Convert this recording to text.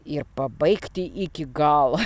ir pabaigti iki galo